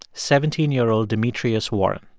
seventeen year old demetrius warren.